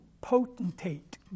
potentate